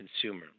consumer